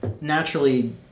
naturally